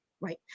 right